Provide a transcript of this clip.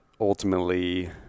ultimately